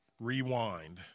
Rewind